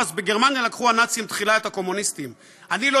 הוא אמר אז: בגרמניה לקחו הנאצים תחילה את הקומוניסטים.